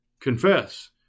Confess